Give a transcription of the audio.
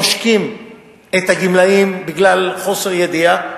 עושקים את הגמלאים בגלל חוסר ידיעה,